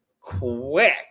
quick